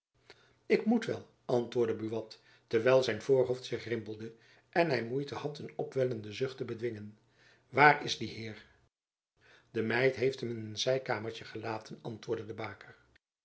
ik moet wel antwoordde buat terwijl zijn voorhoofd zich rimpelde en hy moeite had een opwellenden zucht te bedwingen waar is die heer de meid heeft hem in t zeikamertjen gelaten antwoordde de baker